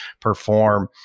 perform